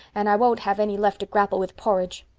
and i won't have any left to grapple with porridge.